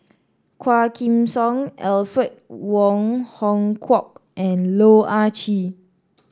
Quah Kim Song Alfred Wong Hong Kwok and Loh Ah Chee